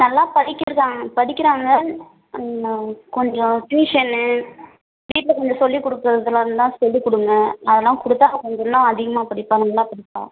நல்லா படி படிக்கிறாங்க கொஞ்சம் டியூசனு வீட்டில் கொஞ்சம் சொல்லி கொடுக்குறதுலான் இருந்தால் சொல்லி கொடுங்க அதெலாம் கொடுத்தா கொஞ்சம் இன்னும் அதிகமாக படிப்பாள் நல்லா படிப்பாள்